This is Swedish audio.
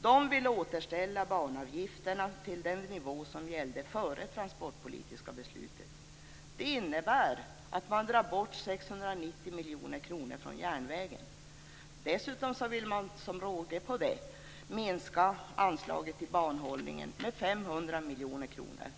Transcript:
De vill återställa banavgifterna till den nivå som gällde före det transportpolitiska beslutet. Det innebär att man drar bort 690 miljoner kronor från järnvägen. Dessutom vill man, som råge på det, minska anslaget till banhållningen med 500 miljoner kronor.